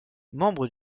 membre